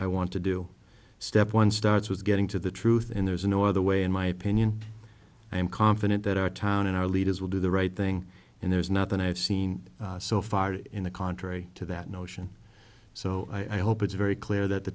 i want to do step one starts with getting to the truth and there is no other way in my opinion i am confident that our town and our leaders will do the right thing and there's nothing i have seen so far in the contrary to that notion so i hope it's very clear that the